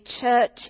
church